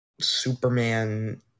Superman